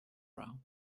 round